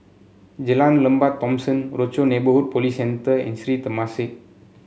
Jalan Lembah Thomson Rochor Neighborhood Police Centre and Sri Temasek